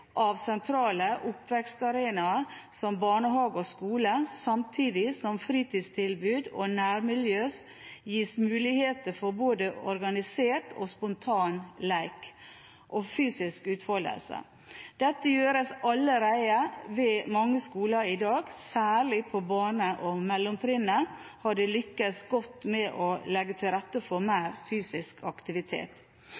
av sentrale oppvekstarenaer, som barnehage og skole, samtidig som fritidstilbud og nærmiljø gis muligheter for både organisert og spontan lek og fysisk utfoldelse. Dette gjøres allerede ved mange skoler i dag. Særlig på barne- og mellomtrinnet har de lyktes godt med å legge til rette for mer fysisk aktivitet.